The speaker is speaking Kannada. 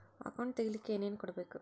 ಅಕೌಂಟ್ ತೆಗಿಲಿಕ್ಕೆ ಏನೇನು ಕೊಡಬೇಕು?